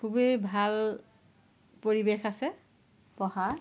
খুবেই ভাল পৰিৱেশ আছে পঢ়াৰ